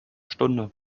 stunde